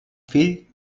fill